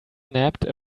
nabbed